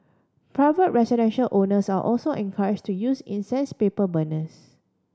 private residential owners are also encourage to use incense paper burners